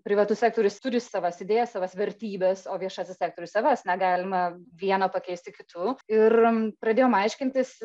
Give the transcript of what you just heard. privatus sektorius turi savas idėjas savas vertybes o viešasis sektorius savas negalima viena pakeisti kitu ir pradėjom aiškintis